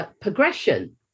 Progression